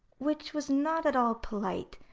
which was not at all polite,